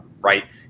right